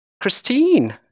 Christine